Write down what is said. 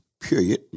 period